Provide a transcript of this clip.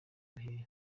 bihe